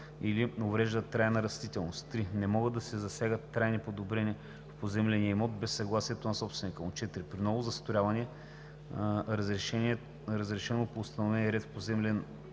или уврежда трайна растителност; 3. не могат да се засягат трайни подобрения в поземления имот без съгласието на собственика му; 4. при ново застрояване, разрешено по установения ред в поземления